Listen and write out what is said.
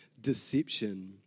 deception